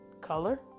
color